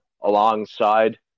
alongside